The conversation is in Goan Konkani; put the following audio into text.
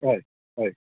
हय हय